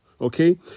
Okay